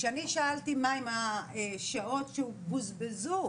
כשאני שאלתי מה עם השעות שבוזבזו,